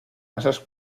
masas